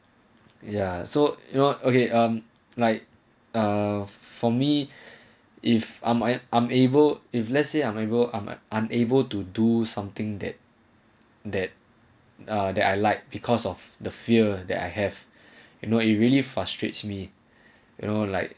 ya so you know okay um like uh for me if I my unable if let's say I'm able I'm unable to do something that that uh that I like because of the fear that I have you know it really frustrates me you know like